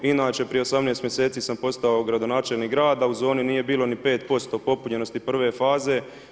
Inače prije 18 mjeseci sam postao gradonačelnik grada, u zoni nije bilo niti 5% popunjenosti prve faze.